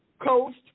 coast